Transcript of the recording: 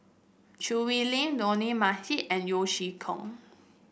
Choo Hwee Lim Dollah Majid and Yeo Chee Kiong